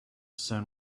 sun